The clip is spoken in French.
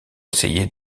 essayer